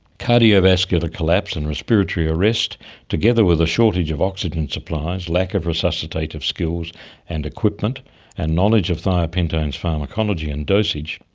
cardiovascular collapse and respiratory arrest together with a shortage of oxygen supplies, lack of resuscitative skills and equipment and knowledge of thiopentone's pharmacology and dosage,